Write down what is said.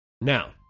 Now